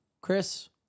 Chris